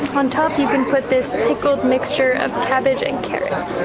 on top, you can put this pickled mixture of cabbage and carrots.